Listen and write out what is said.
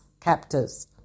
captors